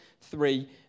three